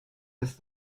ist